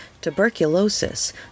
tuberculosis